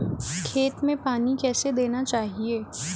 खेतों में पानी कैसे देना चाहिए?